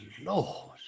lord